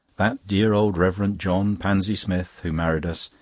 that dear old reverend john panzy smith, who married us,